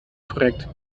korrekt